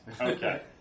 Okay